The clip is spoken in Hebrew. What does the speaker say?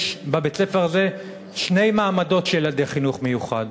יש בבית-הספר הזה שני מעמדות של ילדי חינוך מיוחד: